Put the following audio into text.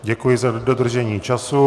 Děkuji za dodržení času.